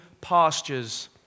pastures